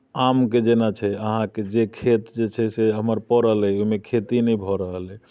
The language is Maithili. आमके जेना छै अहाँके जे खेत जे छै से हमर पड़ल अइ ओहिमे खेती नहि भऽ रहल छै